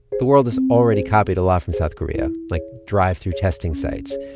the world has already copied a lot from south korea, like drive-through testing sites.